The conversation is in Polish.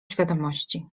świadomości